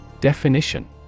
Definition